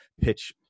pitch